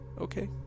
okay